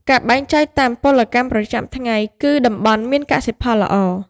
ការបែងចែកតាមពលកម្មប្រចាំថ្ងៃ គឺតំបន់មានកសិផលល្អ។